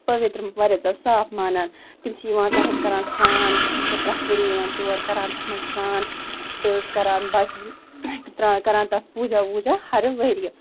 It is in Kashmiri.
پٔوِتٕرٛ واریاہ زیادٕ صاف مانان تِم چھِ یِوان تَتھ منٛز کَران سرٛان تِم چھِ پرٛٮ۪تھ ؤری یِوان تور کَران تَتھ منٛز سرٛان تہٕ کَران باقی کَران تَتھ پوٗجا ووٗجا ہَرٕ ؤریہِ